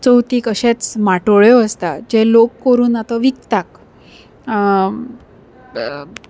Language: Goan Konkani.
चवथीक अशेंच माटोळ्यो आसता जे लोक करून आतां विकतात